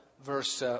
Verse